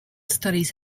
studies